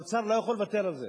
והאוצר לא יכול לוותר על זה.